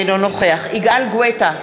אינו נוכח יגאל גואטה,